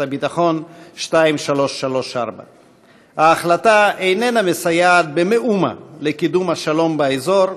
הביטחון 2334. ההחלטה איננה מסייעת במאומה לקידום השלום באזור,